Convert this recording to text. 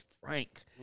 Frank